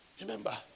Remember